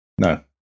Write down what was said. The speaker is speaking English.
No